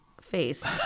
face